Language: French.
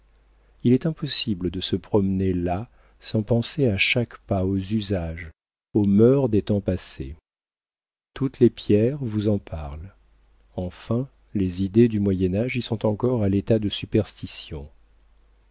il est impossible de se promener là sans penser à chaque pas aux usages aux mœurs des temps passés toutes les pierres vous en parlent enfin les idées du moyen âge y sont encore à l'état de superstition